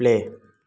play